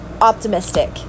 optimistic